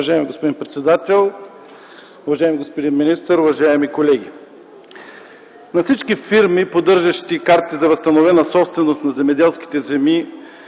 Уважаеми господин председател, уважаеми господин министър, уважаеми колеги! На всички фирми, поддържащи картите за възстановена собственост на земеделските земи